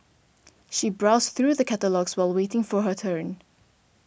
she browsed through the catalogues while waiting for her turn